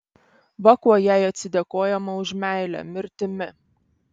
va kuo jai atsidėkojama už meilę mirtimi